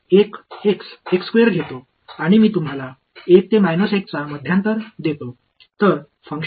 எனவே இந்த தோழர்களையெல்லாம் நான் இந்த தோழர் உடன் தொடங்கலாம்